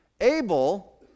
Abel